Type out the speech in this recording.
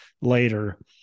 later